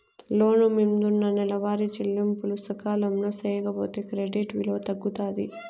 లోను మిందున్న నెలవారీ చెల్లింపులు సకాలంలో సేయకపోతే క్రెడిట్ విలువ తగ్గుతాది